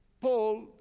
Paul